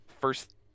first